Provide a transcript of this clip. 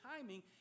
timing